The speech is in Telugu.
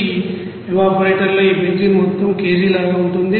ఈ ఎవ పోరేటర్లో ఈ బెంజీన్ మొత్తం కేజీ లాగా ఉంటుంది